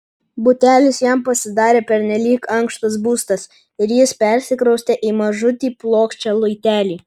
butelis jam pasidarė pernelyg ankštas būstas ir jis persikraustė į mažutį plokščią luitelį